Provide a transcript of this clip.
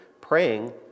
praying